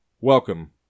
Welcome